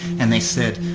and they said,